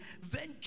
venture